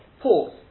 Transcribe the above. Pause